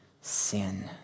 sin